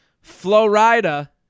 Florida